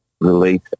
release